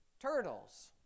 turtles